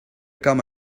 come